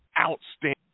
outstanding